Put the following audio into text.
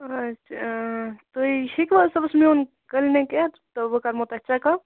اچھا إں تُہُۍ ہیکوا صُبَس میون کلِنِک یِتھ تہٕ بہٕ کَرہو تۄہہِ چیٚک اَپ